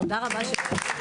תודה רבה.